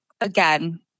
again